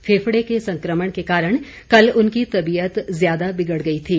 फेफड़े के संक्रमण के कारण कल उनकी तबीयत ज्यादा बिगड़ गई थी